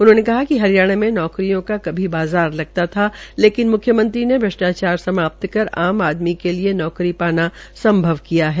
उनहोंने कहा कि हरियाणा मे नौकरियों का कभी बाज़ार लगता था लेकिन मुख्यमंत्री ने भ्रष्टाचार समाप्त् कर आम आदमी के लिए नौकरी पाना संभव किया है